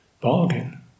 bargain